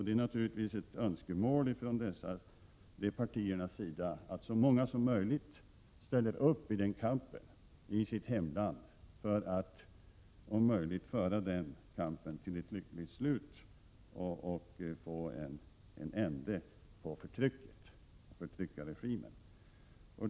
Det är naturligtvis ett önskemål från dessa partiers sida att så många som möjligt ställer upp i kampen i sitt hemland, för att om möjligt föra den kampen till ett lyckligt slut och få en ände på förtrycket.